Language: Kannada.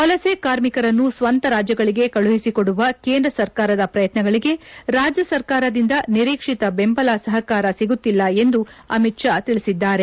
ವಲಸೆ ಕಾರ್ಮಿಕರನ್ನು ಸ್ವಂತ ರಾಜ್ಯಗಳಿಗೆ ಕಳುಹಿಸಿಕೊಡುವ ಕೇಂದ್ರ ಸರ್ಕಾರದ ಪ್ರಯತ್ನಗಳಿಗೆ ರಾಜ್ಯ ಸರ್ಕಾರದಿಂದ ನಿರೀಕ್ಷಿತ ಬೆಂಬಲ ಸಹಕಾರ ಸಿಗುತ್ತಿಲ್ಲ ಎಂದು ಅಮಿತ್ ಶಾ ತಿಳಿಸಿದ್ದಾರೆ